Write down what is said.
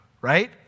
right